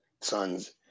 sons